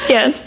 Yes